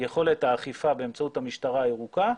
יכולת האכיפה באמצעות המשטרה הירוקה,